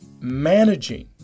managing